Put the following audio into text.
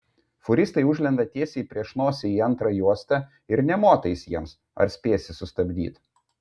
fūristai užlenda tiesiai prieš nosį į antrą juostą ir nė motais jiems ar spėsi sustabdyt